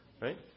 Right